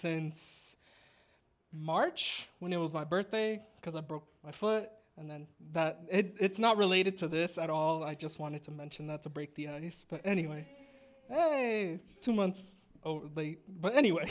since march when it was my birthday because i broke my foot and then it's not related to this at all i just wanted to mention that to break the ice but anyway two months but anyway